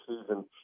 season